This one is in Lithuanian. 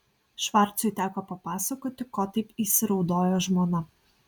švarcui teko papasakoti ko taip įsiraudojo žmona